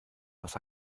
was